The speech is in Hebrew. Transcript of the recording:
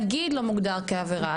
נגיד לא מוגדר כעבירה,